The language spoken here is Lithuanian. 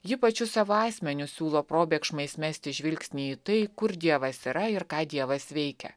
ji pačiu savo asmeniu siūlo probėgšmais mesti žvilgsnį į tai kur dievas yra ir ką dievas veikia